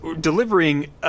delivering